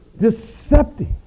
deceptive